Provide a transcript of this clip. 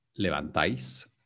levantáis